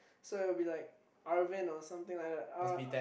so it will be like Arvin or something like that uh